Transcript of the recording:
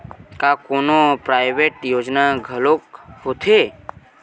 का कोनो प्राइवेट योजना घलोक होथे?